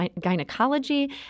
Gynecology